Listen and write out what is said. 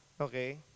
okay